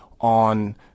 on